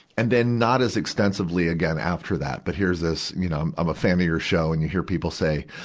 and then not as extensively again after that. but here's this, you know, i'm i'm a fan of your show and you hear people say,